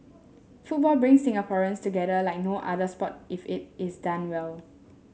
football brings Singaporeans together like no other sport if it is done well